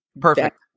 Perfect